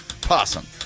Possum